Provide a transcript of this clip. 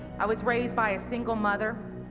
i was raised by a single mother.